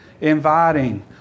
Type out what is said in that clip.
inviting